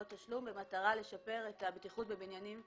תשלום במטרה לשפר את הבטיחות בבניינים גבוהים,